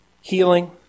healing